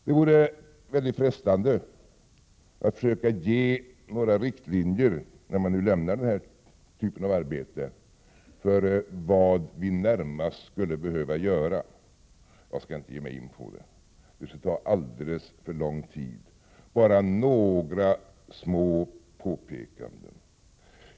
Det vore frestande att försöka ge några riktlinjer, när man nu lämnar den här typen av arbete, för vad vi närmast skulle behöva göra. Det skall jag dock inte ge mig in på, för det skulle ta alldeles för lång tid, men jag skall göra några små påpekanden.